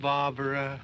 Barbara